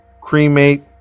cremate